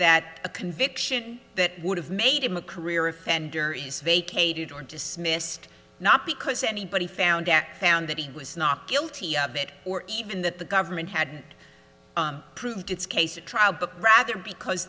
that a conviction that would have made him a career offender is vacated or dismissed not because anybody found out found that he was not guilty of it or even that the government had proved its case at trial but rather because